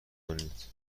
کنید